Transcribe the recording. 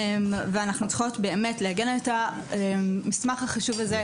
אנחנו צריכות לעגן את המסמך החשוב הזה,